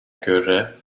göre